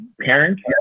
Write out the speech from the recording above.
parents